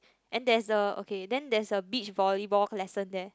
and there's a okay then there's a beach volleyball lesson there